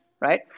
right